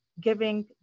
giving